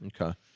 Okay